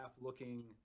looking